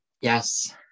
Yes